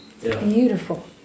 Beautiful